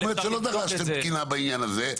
זאת אומרת שלא דרשתם תקינה בעניין הזה,